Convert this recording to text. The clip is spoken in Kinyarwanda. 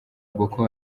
boko